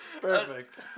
Perfect